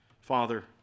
Father